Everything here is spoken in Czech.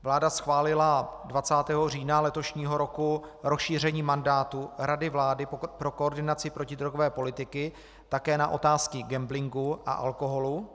Vláda schválila 20. října letošního roku rozšíření mandátu Rady vlády pro koordinaci protidrogové politiky také na otázky gamblingu a alkoholu.